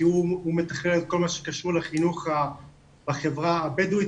כי הוא מתכלל את כל מה שקשור לחינוך בחברה הבדואית.